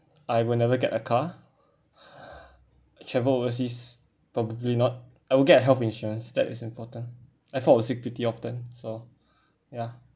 I will never get a car travel overseas probably not I will get a health insurance that is important I fall a sick pretty often so ya